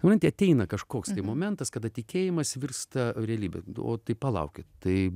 supranti ateina kažkoks tai momentas kada tikėjimas virsta realybe o tai palaukit tai